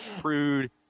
prude